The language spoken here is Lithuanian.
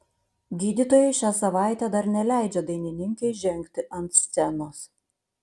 gydytojai šią savaitę dar neleidžia dainininkei žengti ant scenos